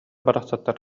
барахсаттар